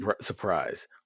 surprise